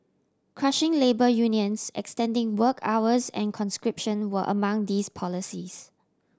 crushing labour unions extending work hours and conscription were among these policies